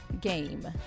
game